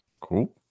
cool